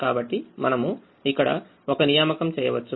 కాబట్టి మనము ఇక్కడఒక నియామకం చేయవచ్చు